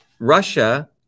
Russia